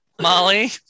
Molly